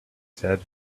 said